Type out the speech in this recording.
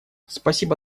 спасибо